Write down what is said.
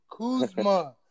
Kuzma